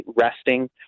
resting